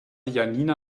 janina